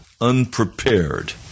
unprepared